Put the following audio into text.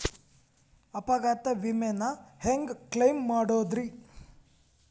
ಅಪಘಾತ ವಿಮೆನ ಹ್ಯಾಂಗ್ ಕ್ಲೈಂ ಮಾಡೋದ್ರಿ?